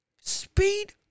speed